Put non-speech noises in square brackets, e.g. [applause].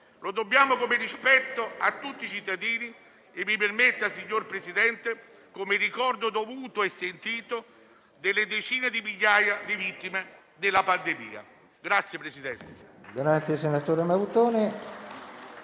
Lo dobbiamo per rispetto a tutti i cittadini e, mi permetta, signor Presidente, come ricordo dovuto e sentito delle decine di migliaia di vittime della pandemia. [applause]